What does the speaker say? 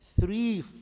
Three